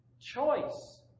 choice